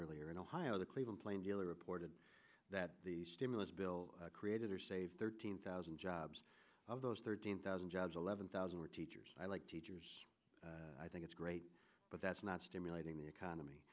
earlier in ohio the cleveland plain dealer reported that the stimulus bill created or saved thirteen thousand jobs of those thirteen thousand jobs eleven thousand were teachers like teachers i think it's great but that's not stimulating the economy